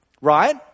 right